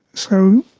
so,